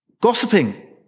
Gossiping